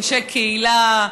אנשי קהילה,